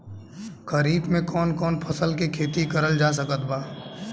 खरीफ मे कौन कौन फसल के खेती करल जा सकत बा?